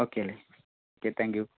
okay അല്ലെ okay thank you